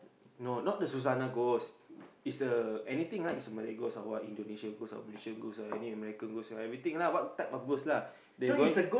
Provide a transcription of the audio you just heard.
no not the Susanna ghost is the anything likes Malay ghost or what Indonesia ghost or Malaysian ghost or any American ghost you know everything lah what type of ghost lah